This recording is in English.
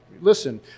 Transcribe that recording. listen